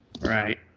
right